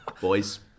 Boys